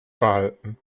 behalten